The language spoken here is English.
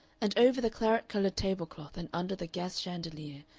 and over the claret-colored table-cloth and under the gas chandelier,